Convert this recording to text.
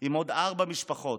עם עוד ארבע משפחות.